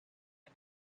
and